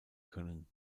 können